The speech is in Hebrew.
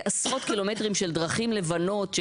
עשרות קילומטרים של דרכים לבנות,